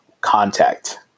contact